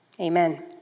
Amen